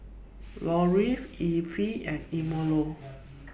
Lorri Effie and Emilio